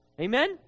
Amen